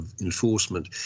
enforcement